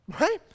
Right